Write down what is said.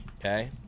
okay